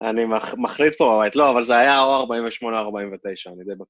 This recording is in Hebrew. אני מחליט פה האמת, לא, אבל זה היה או 48, או 49, אני די בטוח.